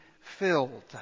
filled